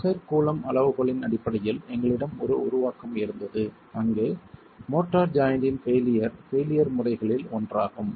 Mohr Coulomb அளவுகோலின் அடிப்படையில் எங்களிடம் ஒரு உருவாக்கம் இருந்தது அங்கு மோர்ட்டார் ஜாய்ன்ட்டின் பெய்லியர் பெய்லியர் முறைகளில் ஒன்றாகும்